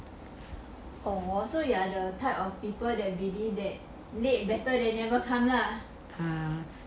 orh so you are the type of people that believe that late better than never come lah